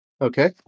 Okay